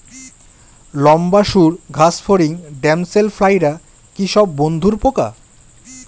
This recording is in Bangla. লম্বা সুড় ঘাসফড়িং ড্যামসেল ফ্লাইরা কি সব বন্ধুর পোকা?